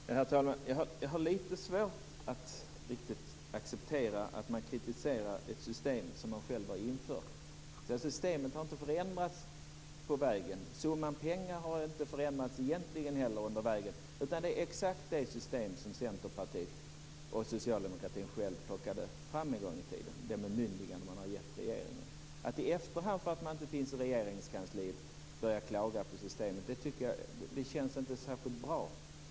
Herr talman! Jag har lite svårt att riktigt acceptera att man kritiserar ett system som man själv har infört. Systemet har inte förändrats på vägen, och summan pengar har inte heller förändrats. Det är exakt det system som Centerpartiet och Socialdemokraterna plockade fram en gång i tiden - det bemyndigande som man har gett regeringen. När man då i efterhand, därför att man inte finns i Regeringskansliet, börjar klaga på systemet känns det inte särskilt bra.